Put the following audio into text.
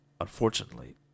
Unfortunately